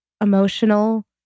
emotional